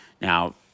Now